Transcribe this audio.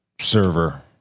server